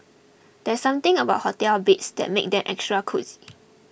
there's something about hotel beds that makes them extra cosy